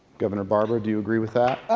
governor barbour, do you agree with that?